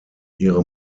ihre